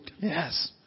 Yes